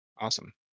Awesome